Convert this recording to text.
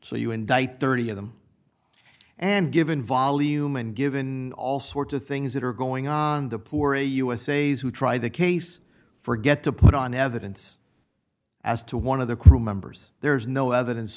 so you indict thirty of them and given volume and given all sorts of things that are going on the poor a usas who try the case forget to put on evidence as to one of the crew members there's no evidence